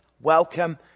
Welcome